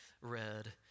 read